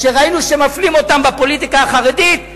כשראינו שמפלים אותם בפוליטיקה החרדית,